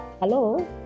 hello